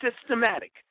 systematic